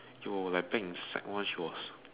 yo my bad is how much worth